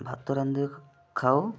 ଭାତ ରାନ୍ଧି ଖାଉ